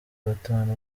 batanu